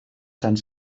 sant